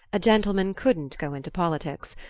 a gentleman couldn't go into politics.